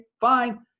fine